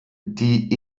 die